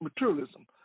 materialism